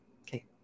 Okay